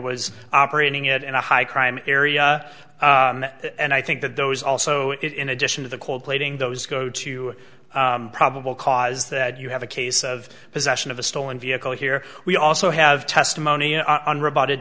was operating it in a high crime area and i think that those also it in addition to the cold plating those go to probable cause that you have a case of possession of a stolen vehicle here we also have testimony